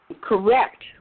Correct